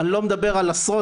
אני לא מדבר על עשרות,